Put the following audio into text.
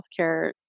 healthcare